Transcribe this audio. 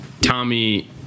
Tommy